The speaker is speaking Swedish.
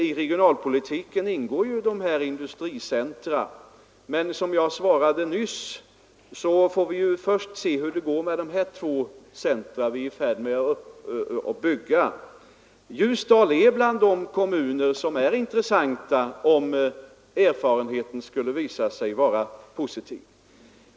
I regionalpolitiken ingår ju dessa industricentra, men som jag sade i mitt svar får vi först se hur det går med de två centra vi nu är i färd med att bygga upp. Ljusdal hör till de kommuner som är intressanta, om erfarenheterna blir positiva.